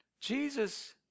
Jesus